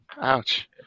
ouch